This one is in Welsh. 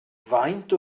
faint